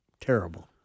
terrible